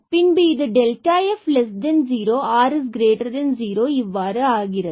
பின்பு இது f0 if r0 இவ்வாறு ஆகிறது